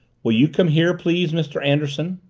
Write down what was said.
will you come here, please, mr. anderson?